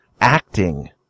acting